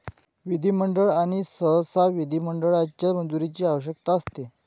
विधिमंडळ आणि सहसा विधिमंडळाच्या मंजुरीची आवश्यकता असते